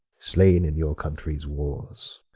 slain in your country's wars.